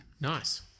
Nice